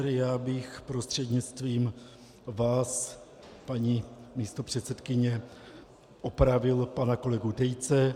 Já bych prostřednictvím vás, paní místopředsedkyně, opravil pana kolegu Tejce.